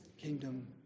kingdom